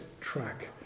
track